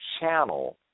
channel